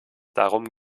darum